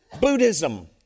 Buddhism